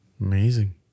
Amazing